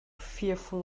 fearful